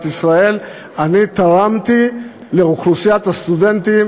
ישראל אני תרמתי לאוכלוסיית הסטודנטים